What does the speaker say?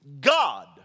God